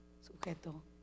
sujeto